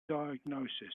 diagnosis